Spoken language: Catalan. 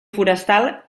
forestal